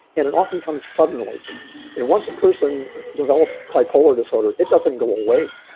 and it often comes suddenly. and once a person develops bipolar disorder, it doesn't go away.